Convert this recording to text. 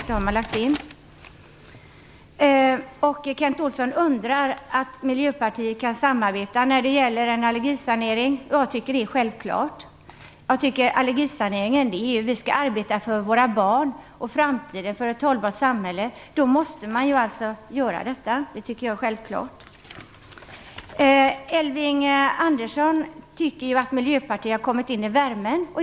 Kent Olsson undrar hur Miljöpartiet kan samarbeta när det gäller en allergisanering. Jag tycker att det är självklart att detta måste göras. Allergisaneringen gäller ett arbete för våra barn, för framtiden och för ett hållbart samhälle. Elving Andersson säger att Miljöpartiet har kommit in i värmen.